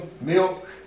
milk